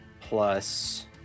plus